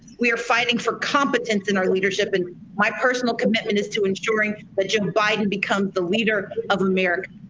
we are fighting for competence in our leadership and my personal commitment is to ensuring that joe biden becomes the leader of america.